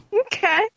Okay